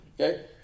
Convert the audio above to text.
Okay